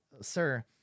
sir